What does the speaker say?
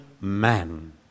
man